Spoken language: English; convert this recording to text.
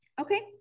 Okay